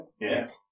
Yes